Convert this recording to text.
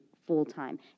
full-time